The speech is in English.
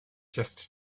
just